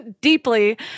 deeply